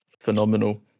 phenomenal